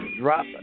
Drop